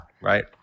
right